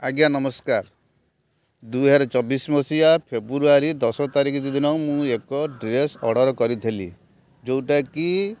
ଆଜ୍ଞା ନମସ୍କାର ଦୁଇହଜାର ଚବିଶ ମସିହା ଫେବୃଆରୀ ଦଶ ତାରିଖ ଦିନ ମୁଁ ଏକ ଡ୍ରେସ୍ ଅର୍ଡ଼ର୍ କରିଥିଲି ଯେଉଁଟାକି